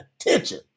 attention